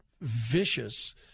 vicious